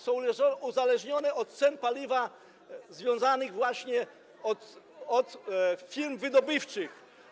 Są uzależnione od cen paliwa związanych właśnie z firmami wydobywczymi.